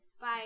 Bye